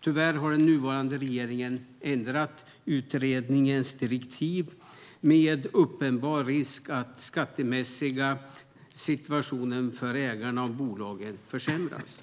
Tyvärr har den nuvarande regeringen ändrat utredningens direktiv med uppenbar risk att den skattemässiga situationen för ägarna och bolagen försämras.